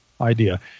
idea